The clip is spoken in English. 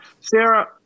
Sarah